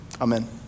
Amen